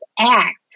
act